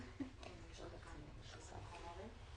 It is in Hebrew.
רואים, בכל סדרי היום,